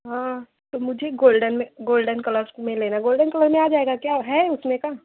हाँ तो मुझे गोल्डन में गोल्डन कलर्स में लेना गोल्डन कलर में आ जाएगा क्या है उसमें का